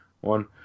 one